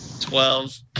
Twelve